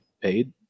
paid